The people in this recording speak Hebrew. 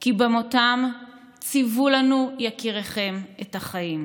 כי במותם ציוו לנו יקיריכם את החיים.